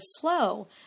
flow